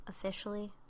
officially